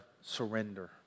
surrender